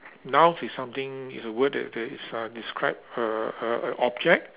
nouns is something is a word that that is uh describe a a a object